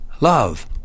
love